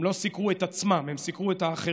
הם לא סיקרו את עצמם, הם סיקרו את האחרים.